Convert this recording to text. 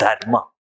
Dharma